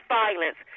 violence